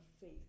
faith